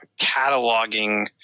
cataloging